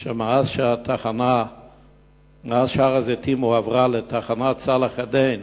על כך שמאז שהר-הזיתים הועבר לתחנת צלאח-א-דין